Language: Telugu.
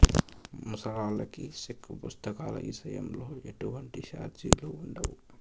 ముసలాల్లకి సెక్కు పుస్తకాల ఇసయంలో ఎటువంటి సార్జిలుండవు